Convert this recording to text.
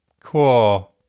Cool